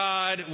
God